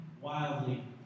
wildly